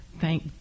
Thank